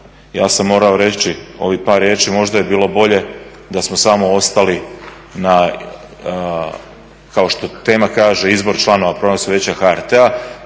ja sam morao reći ovih par riječi, možda bi bilo bolje da smo samo ostali kao što tema kaže izbor članova Programskog vijeća HRT-a.